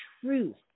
truth